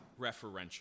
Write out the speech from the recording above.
referential